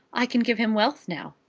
i can give him wealth now.